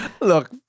Look